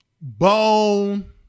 Bone